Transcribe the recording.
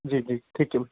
जी जी ठीक है